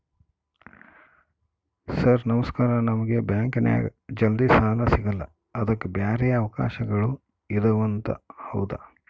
Sir ನಮಸ್ಕಾರ ನಮಗೆ ಬ್ಯಾಂಕಿನ್ಯಾಗ ಜಲ್ದಿ ಸಾಲ ಸಿಗಲ್ಲ ಅದಕ್ಕ ಬ್ಯಾರೆ ಅವಕಾಶಗಳು ಇದವಂತ ಹೌದಾ?